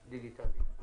דיגיטלי?